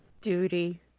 duty